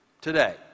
today